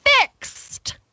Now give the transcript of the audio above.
fixed